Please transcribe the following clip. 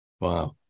Wow